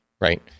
right